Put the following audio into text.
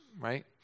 right